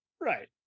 right